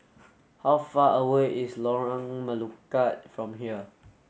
how far away is Lorong Melukut from here